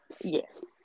yes